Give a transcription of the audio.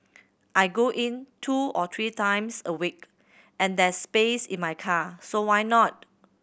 I go in two or three times a week and there's space in my car so why not